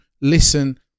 listen